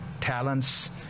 Talents